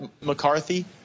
McCarthy